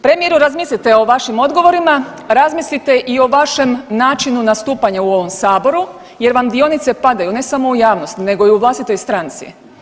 Premijeru razmislite o vašim odgovorima, razmislite i o vašem načinu nastupanja u ovom Saboru jer vam dionice padaju, ne samo u javnost, nego i u vlastitoj stranci.